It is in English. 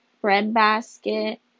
breadbasket